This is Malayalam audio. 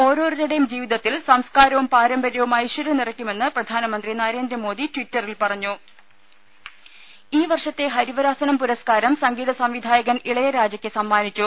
ഓരോരുത്തരുടെയും ജീവിതത്തിൽ സംസ്കാരവും പാരമ്പര്യവും ഐശ്വര്യം നിറയ്ക്കുമെന്ന് പ്രധാനമന്ത്രി നരേന്ദ്രമോദി ട്വിറ്ററിൽ പറഞ്ഞു ദദദ ഈ വർഷത്തെ ഹരിവരാസനം പുരസ്കാരം സംഗീത സംവിധായകൻ ഇളയരാജയ്ക്ക് സമ്മാനിച്ചു